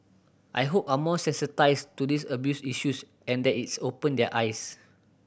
I hope are more sensitised to these abuse issues and that it's opened their eyes